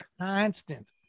constant